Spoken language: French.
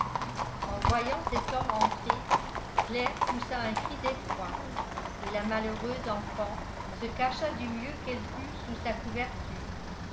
en voyant cet homme entrer claire poussa un cri d'effroi et la malheureuse enfant se cacha du mieux qu'elle put sous sa couverture